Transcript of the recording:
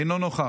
אינו נוכח,